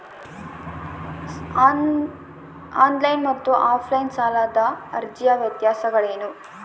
On line ಮತ್ತು offline ಸಾಲದ ಅರ್ಜಿಯ ವ್ಯತ್ಯಾಸಗಳೇನು?